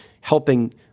helping